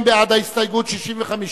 ההסתייגות של חברי הכנסת שלמה מולה ורחל אדטו